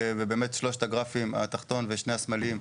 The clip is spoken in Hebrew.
ובשלושת הגרפים אפשר לראות את הרשות שהמבקר בדק,